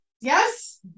Yes